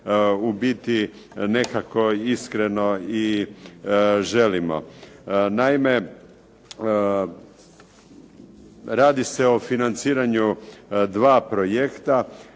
u biti nekako iskreno i želimo. Naime, radi se o financiranju dva projekta.